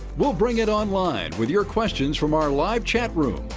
well bring it online with your questions from our live chat room,